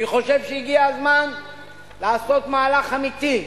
אני חושב שהגיע הזמן לעשות מהלך אמיתי,